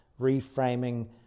reframing